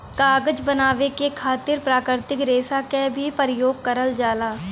कागज बनावे के खातिर प्राकृतिक रेसा क भी परयोग करल जाला